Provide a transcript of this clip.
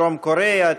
מדרום קוריאה,